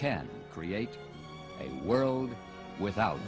can create a world without